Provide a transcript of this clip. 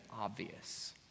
obvious